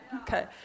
Okay